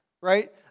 right